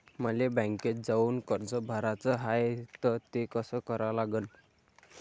मले बँकेत जाऊन कर्ज भराच हाय त ते कस करा लागन?